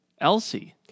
Elsie